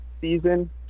season